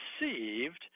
received